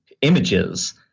images